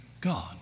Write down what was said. God